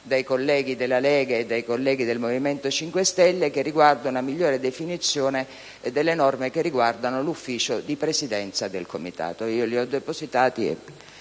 Grazie,